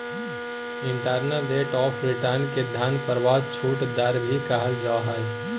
internal rate of return के धन प्रवाह छूट दर भी कहल जा हय